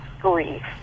grief